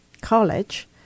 College